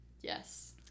yes